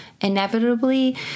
inevitably